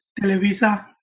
Televisa